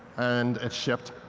and it shipped.